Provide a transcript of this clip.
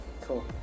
Cool